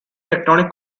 tectonic